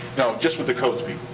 no. just with the codes